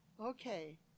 Okay